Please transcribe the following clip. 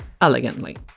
elegantly